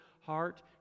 heart